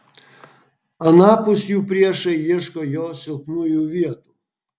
anapus jų priešai ieško jo silpnųjų vietų